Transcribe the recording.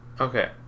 Okay